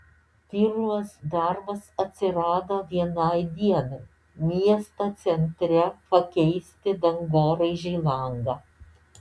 pirmas darbas atsirado vienai dienai miesto centre pakeisti dangoraižiui langą